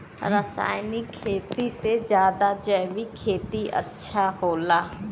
रासायनिक खेती से ज्यादा जैविक खेती अच्छा होला